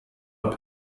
halb